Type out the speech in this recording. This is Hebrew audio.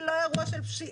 זה לא אירוע של פשיעה,